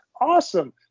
Awesome